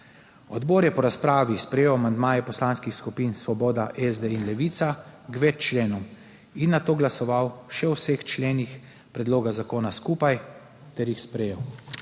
Odbor je po razpravi sprejel amandmaje poslanskih skupin Svoboda, SD in Levica k več členom in nato glasoval še o vseh členih predloga zakona skupaj ter jih sprejel.